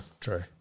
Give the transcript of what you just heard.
True